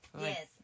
Yes